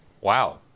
wow